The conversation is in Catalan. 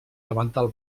davantal